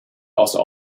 also